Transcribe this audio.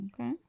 Okay